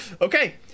Okay